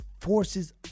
forces